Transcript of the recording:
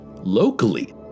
locally